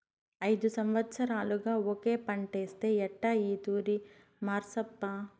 ఐదు సంవత్సరాలుగా ఒకే పంటేస్తే ఎట్టా ఈ తూరి మార్సప్పా